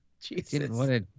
Jesus